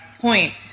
point